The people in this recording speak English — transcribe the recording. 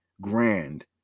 grand